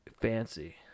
Fancy